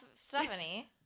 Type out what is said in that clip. Stephanie